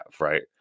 right